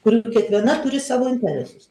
kurių kiekviena turi savo interesus